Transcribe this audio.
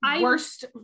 worst